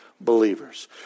believers